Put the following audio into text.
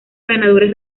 ganadores